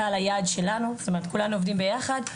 אמנם כולנו עובדים ביחד,